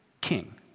king